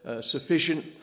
sufficient